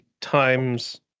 times